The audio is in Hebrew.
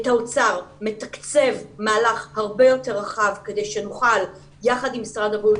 את האוצר מתקצב מהלך הרבה יותר רחב כדי שנוכל יחד עם משרד הבריאות